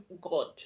god